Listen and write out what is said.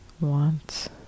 wants